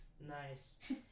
Nice